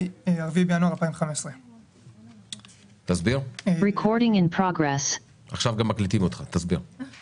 מיום ה-4 בינואר 2015. תסביר.